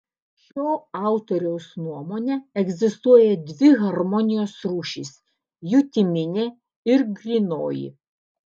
šio autoriaus nuomone egzistuoja dvi harmonijos rūšys jutiminė ir grynoji